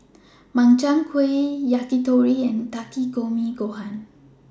Makchang Gui Yakitori and Takikomi Gohan